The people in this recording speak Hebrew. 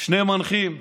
שני מנחים חרדים,